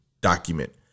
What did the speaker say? document